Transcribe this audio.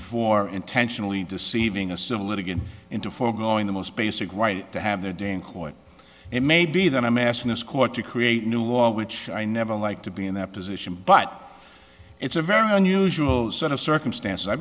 for intentionally deceiving a civil litigants into foregoing the most basic right to have their day in court it may be that i met in this court to create a new law which i never like to be in that position but it's a very unusual set of circumstances i